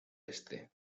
este